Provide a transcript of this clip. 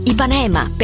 Ipanema